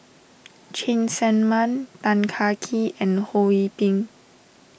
Cheng Tsang Man Tan Kah Kee and Ho Yee Ping